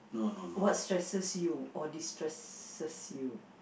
what stresses you or destresses you